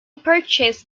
purchased